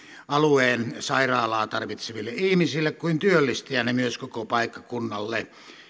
alueen sairaalaa tarvitseville ihmisille kuin työllistäjänä myös koko paikkakunnalle